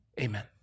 amen